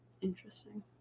Interesting